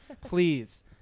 please